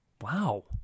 Wow